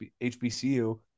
HBCU